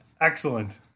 Excellent